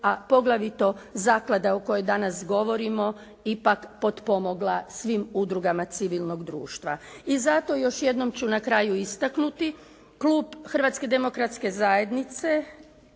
a poglavito zaklada o kojoj danas govorimo, ipak potpomogla svim udrugama civilnog društva. I zato još jednom ću na kraju istaknuti, klub Hrvatske demokratske zajednice